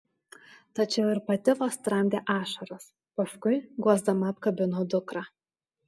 tačiau ir pati vos tramdė ašaras paskui guosdama apkabino dukrą